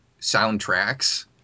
soundtracks